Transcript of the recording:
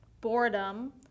boredom